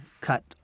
cut